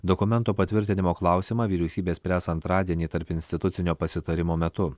dokumento patvirtinimo klausimą vyriausybė spręs antradienį tarpinstitucinio pasitarimo metu